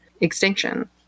extinction